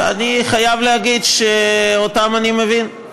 ואני חייב להגיד שאותם אני מבין,